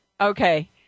Okay